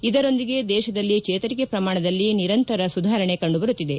ಇದರೊಂದಿಗೆ ದೇಶದಲ್ಲಿ ಚೇತರಿಕೆ ಪ್ರಮಾಣದಲ್ಲಿ ನಿರಂತರ ಸುಧಾರಣೆ ಕಂಡುಬರುತ್ತಿದೆ